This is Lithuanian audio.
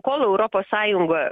kol europos sąjungoj